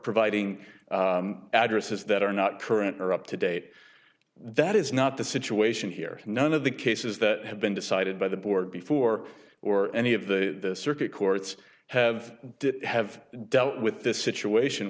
providing addresses that are not current or up to date that is not the situation here none of the cases that have been decided by the board before or any of the circuit courts have have dealt with this situation